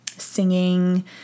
singing